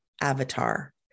avatar